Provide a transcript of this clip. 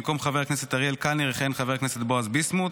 במקום חבר הכנסת אריאל קלנר יכהן חבר הכנסת בועז ביסמוט,